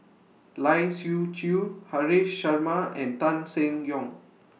Lai Siu Chiu Haresh Sharma and Tan Seng Yong